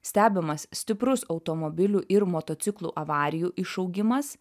stebimas stiprus automobilių ir motociklų avarijų išaugimas